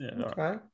Okay